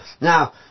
Now